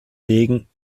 wegen